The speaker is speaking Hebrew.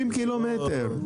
60 קילומטרים.